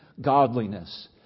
godliness